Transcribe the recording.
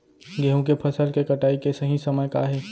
गेहूँ के फसल के कटाई के सही समय का हे?